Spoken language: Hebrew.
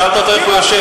שאלת אותו איך הוא יושב.